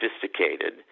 sophisticated